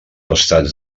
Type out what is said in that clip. estats